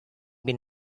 been